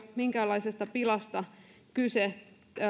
minkäänlaisesta pilasta kyse